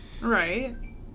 Right